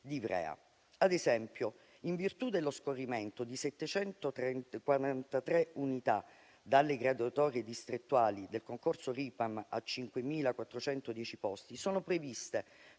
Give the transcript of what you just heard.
di Ivrea. Ad esempio, in virtù dello scorrimento di 743 unità dalle graduatorie distrettuali del concorso Ripam a 5.410 posti, sono previste,